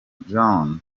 john